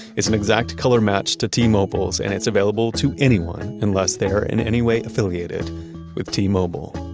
it's an exact color match to t-mobile's and it's available to anyone unless they are in any way affiliated with t-mobile